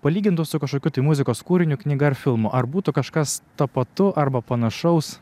palygintų su kažkokiu tai muzikos kūriniu knyga ar filmu ar būtų kažkas tapatu arba panašaus